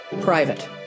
Private